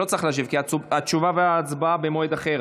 התשובה וההצבעה במועד אחר.